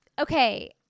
okay